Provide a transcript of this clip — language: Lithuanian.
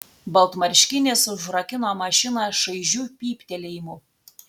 baltmarškinis užrakino mašiną šaižiu pyptelėjimu